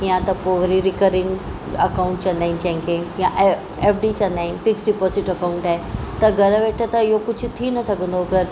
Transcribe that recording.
या त पोइ वरी रिकरींग आकाउंट चईंदा आहिनि जंहिंखे या एफ डी चईंदा आहिनि फिक्स डिपोसिट अकाउंट आहे त घर में वेठे त इहो कुझु थी न सघंदो गॾु